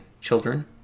children